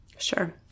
sure